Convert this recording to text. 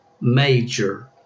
major